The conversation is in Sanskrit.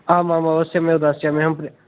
आम् आम् आम् अवश्यमेव दास्यामि अहं